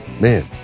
man